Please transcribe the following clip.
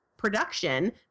production